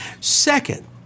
Second